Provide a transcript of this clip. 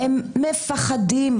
הם מפחדים,